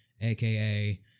aka